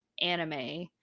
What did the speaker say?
anime